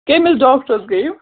کٔمِس ڈاکٹرَس گٔیِو